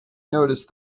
noticed